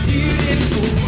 Beautiful